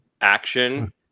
Action